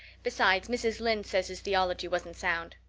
besides, mrs. lynde says his theology wasn't sound.